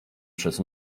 przez